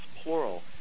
plural